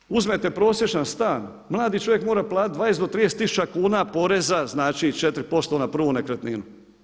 Jer ako vi uzmete prosječan stan mladi čovjek mora platiti 20 do 30 tisuća kuna poreza, znači 4% na prvu nekretninu.